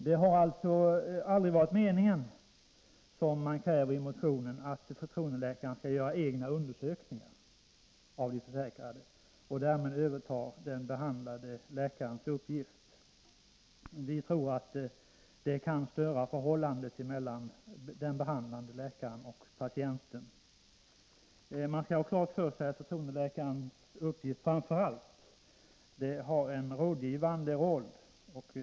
Det har alltså aldrig varit meningen — vilket krävs i motionen -— att förtroendeläkaren skall göra egna undersökningar av den försäkrade och därmed överta den behandlande läkarens uppgift. Vi tror att det skulle kunna störa förhållandet mellan den behandlande läkaren och patienten. Man skall också ha klart för sig att förtroendeläkaren framför allt har en rådgivande roll.